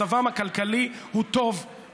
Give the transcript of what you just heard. מצבם הכלכלי הוא טוב,